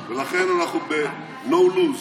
ולכן אנחנו ב-no lose.